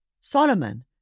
Solomon